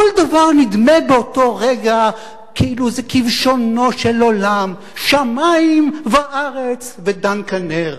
כל דבר נדמה באותו רגע כאילו זה כבשונו של עולם: שמים וארץ ודן כנר,